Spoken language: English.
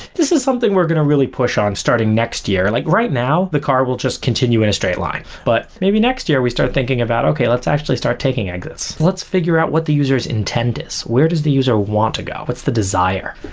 this is something we're going to really push on starting next year. like right now, the car will just continue in a straight line. but maybe next year, we start thinking about, okay, let's actually start taking exits. let's figure out what the user s intent is. where does the user want to go? what's the desire?